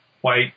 white